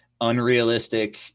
unrealistic